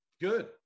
Good